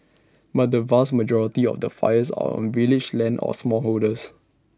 but the vast majority of the fires are on village lands or smallholders